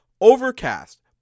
Overcast